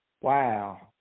Wow